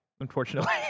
unfortunately